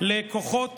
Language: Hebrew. לכוחות